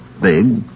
big